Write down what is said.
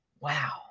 Wow